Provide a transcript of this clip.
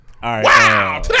Wow